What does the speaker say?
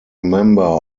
member